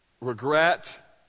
regret